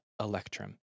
Electrum